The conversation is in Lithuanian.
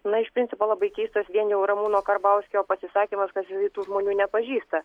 na iš principo labai keistas vien jau ramūno karbauskio pasisakymas kad jisai tų žmonių nepažįsta